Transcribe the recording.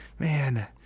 man